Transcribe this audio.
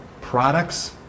products